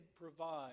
provide